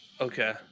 Okay